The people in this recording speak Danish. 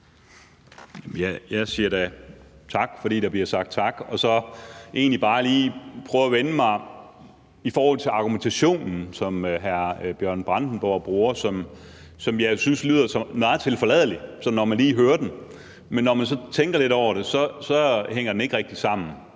Jeg siger da tak for, at der bliver sagt tak. Og så vil jeg egentlig bare sige i forhold til argumentationen, som hr. Bjørn Brandenborg bruger, at den jo lyder meget tilforladelig, sådan når man lige hører den; men når man så lige tænker lidt over det, hænger den ikke rigtig sammen